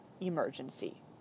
emergency